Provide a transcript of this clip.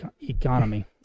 economy